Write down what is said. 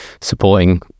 supporting